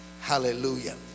hallelujah